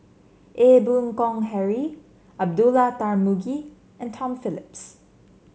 Ee Boon Kong Henry Abdullah Tarmugi and Tom Phillips